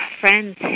friends